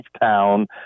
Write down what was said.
town